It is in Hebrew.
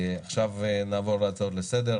עכשיו נעבור להצעות לסדר.